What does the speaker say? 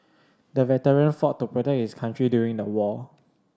the veteran fought to protect his country during the war